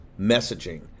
messaging